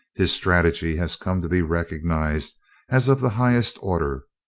his strategy has come to be recognized as of the highest order.